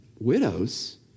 widows